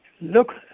Look